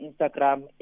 Instagram